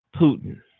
Putin